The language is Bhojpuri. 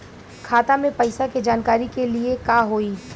खाता मे पैसा के जानकारी के लिए का होई?